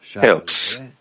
helps